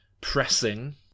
pressing